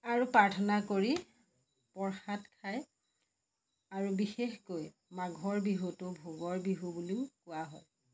আৰু প্ৰাৰ্থনা কৰি প্ৰসাদ খায় আৰু বিশেষকৈ মাঘৰ বিহুটো ভোগৰ বিহু বুলিও কোৱা হয়